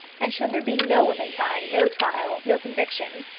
and should there be no women prying, no trial, no conviction,